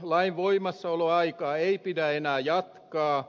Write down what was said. lain voimassaoloaikaa ei pidä enää jatkaa